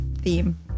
theme